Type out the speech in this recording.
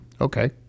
Okay